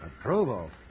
Approval